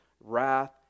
wrath